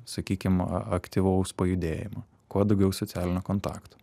sakykim aktyvaus pajudėjimo kuo daugiau socialinių kontaktų